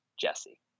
Jesse